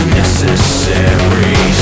necessary